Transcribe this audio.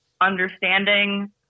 understanding